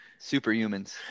Superhumans